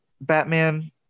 batman